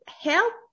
help